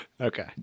Okay